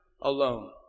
alone